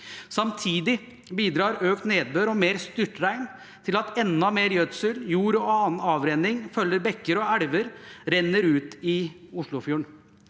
Samtidig bidrar økt nedbør og mer styrtregn til at enda mer gjødsel, jord og annen avrenning følger bekker og elver og renner ut i Oslofjorden.